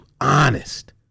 honest